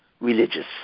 religious